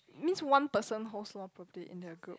means one person host lor probably in their group